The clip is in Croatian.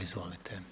Izvolite.